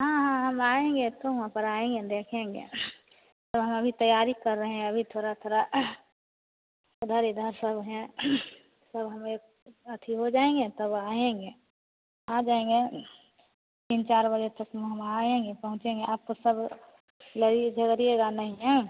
हाँ हाँ हम आएंगे तो वहां पर आएंगे देखेंगे हम अभी तैयारी कर रहे हैं अभी थोड़ा थोड़ा उधर इधर सब हैं सब हमे अथी हो जाएंगे तो आएंगे आजाएंगे तीन चार बजे तक में हम आएंगे पहुचेंगे आप तब तक लड़िए झगड़िएगा नहीं हाँ